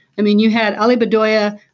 i mean you had ali bedoya.